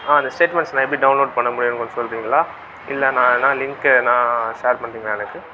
அந்த ஸ்டேட்மெண்ட்ஸ் நான் எப்படி டவுன்லோட் பண்ண முடியும்னு கொஞ்சம் சொல்றிங்களா இல்லைனா ஏதனா லிங்க் ஏதனா ஷேர் பண்ணுறிங்களா எனக்கு